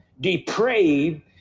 depraved